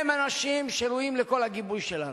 הם אנשים שראויים לכל הגיבוי שלנו.